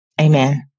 Amen